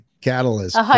catalyst